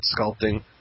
sculpting